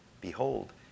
behold